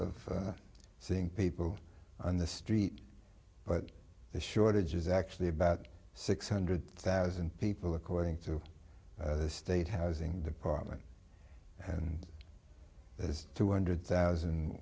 seeing people on the street but the shortage is actually about six hundred thousand people according to the state housing department and just two hundred thousand